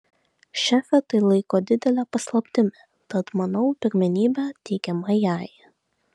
šefė tai laiko didele paslaptimi tad manau pirmenybė teikiama jai